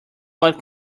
what